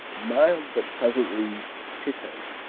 mild but pleasantly piquant